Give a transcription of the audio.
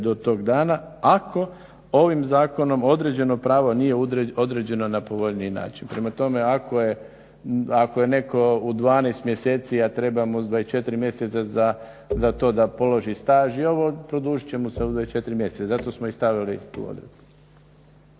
do tog dana, ako ovim zakonom određeno pravo nije određeno na povoljniji način." Prema tome, ako je neko u 12 mjeseci, a treba mu s 24 mjeseca za to da položi staž i ovo, produžit će mu se u 24 mjeseca i zato smo i stavili tu odredbu.